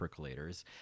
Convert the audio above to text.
percolators